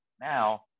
Now